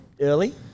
early